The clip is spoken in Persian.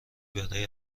برای